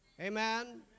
Amen